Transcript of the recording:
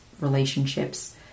relationships